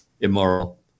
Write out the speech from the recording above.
immoral